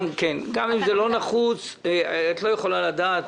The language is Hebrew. גם אם זה לא נחוץ את לא יכולה לדעת.